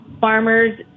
farmers